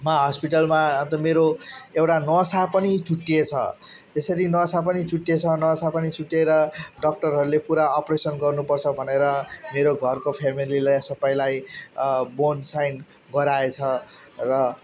मा हस्पिटलमा अन्त मेरो एउटा नसा पनि चुँडिएछ त्यसरी नसा पनि चुँडिएछ नसा पनि चुँडिएर डाक्टरहरूले पुरा अप्रेसन गर्नु पर्छ भनेर मेरो घरको फ्यमिलीलाई सबैलाई बोन्ड साइन गराएछ र